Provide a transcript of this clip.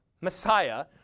Messiah